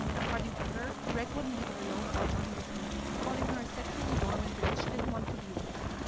according to her, greg wouldn't leave her alone about joining the trinity, calling her sexually dormant because she didn't want to be with them.